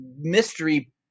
mystery